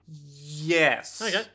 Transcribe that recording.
Yes